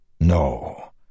No